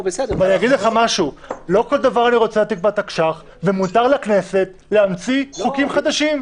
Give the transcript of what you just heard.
לא כל דבר אני רוצה להעתיק מהתקש"ח ומותר לכנסת להמציא חוקים חדשים,